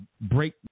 break